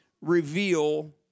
reveal